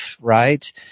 right